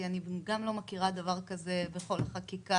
כי גם אני לא מכירה דבר כזה בכל החקיקה